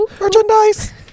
Merchandise